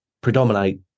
predominate